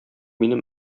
минем